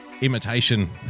imitation